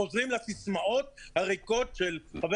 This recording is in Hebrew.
חוזרים לסיסמאות הריקות של חבר